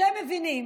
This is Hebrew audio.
וכשהם מבינים